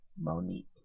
Monique